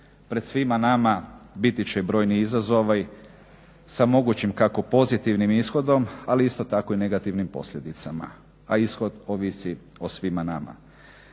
Pred svima nama biti će brojni izazovi sa mogućim kako pozitivnim ishodom, ali isto tako i negativnim posljedicama, a ishod ovisi o svima nama.